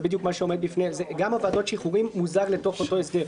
זה בדיוק מה שעומד בפני גם ועדות השחרורים מוזג לתוך אותו הסדר.